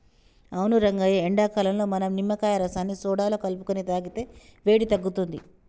అవును రంగయ్య ఎండాకాలంలో మనం నిమ్మకాయ రసాన్ని సోడాలో కలుపుకొని తాగితే వేడి తగ్గుతుంది